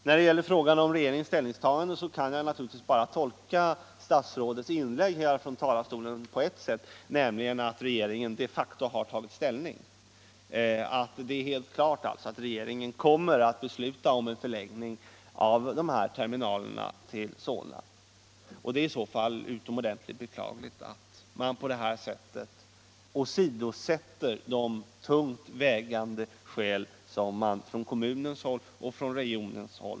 När det gällde regeringens ståndpunkttagande kan jag bara tolka statsrådets inlägg från talarstolen på ett sätt, nämligen så att regeringen de facto tagit ståndpunkt. Det är helt klart att regeringen kommer att besluta om en förläggning av terminalerna till Solna. Det är då utomordentligt beklagligt att man alltså åsidosätter de tungt vägande skäl som anförts från kommunen och från regionen.